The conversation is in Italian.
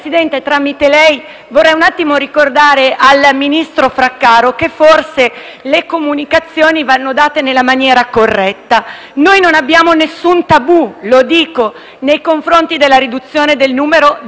vorrei ricordare al ministro Fraccaro che forse le comunicazioni vanno date nella maniera corretta. Noi non abbiamo nessun tabù nei confronti della riduzione del numero dei parlamentari,